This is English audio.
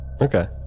Okay